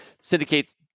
syndicates